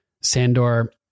Sandor